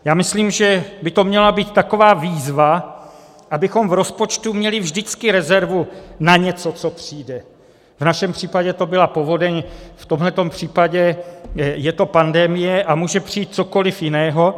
Já myslím, že by to měla být taková výzva, abychom v rozpočtu měli vždycky rezervu na něco, co přijde v našem případě to byla povodeň, v tomhle případě je to pandemie a může přijít cokoliv jiného.